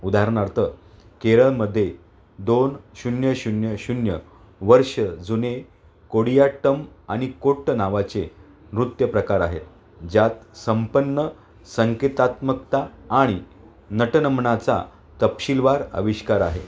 उदाहरणारार्थ केरळमध्ये दोन शून्य शून्य शून्य वर्षं जुने कोडियाट्टम आणि कोट्ट नावाचे नृत्यप्रकार आहेत ज्यात संपन्न संकेतात्मकता आणि नटनमनाचा तपशीलवार आविष्कार आहे